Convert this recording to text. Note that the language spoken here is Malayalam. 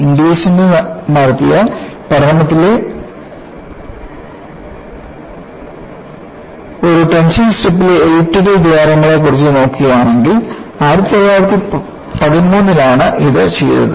ഇംഗ്ലിസിസ് നടത്തിയ പഠനത്തിലെ ഒരു ടെൻഷൻ സ്ട്രിപ്പിലെ എലിപ്റ്റിക്കൽ ദ്വാരങ്ങളെ കുറിച്ച് നോക്കുകയാണെങ്കിൽ 1913 ലാണ് ഇത് ചെയ്തത്